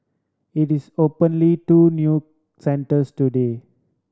it is openly two new centres today